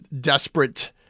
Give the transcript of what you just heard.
desperate